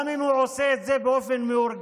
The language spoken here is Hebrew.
גם אם הוא עושה את זה באופן מאורגן,